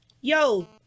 yo